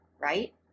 Right